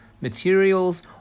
materials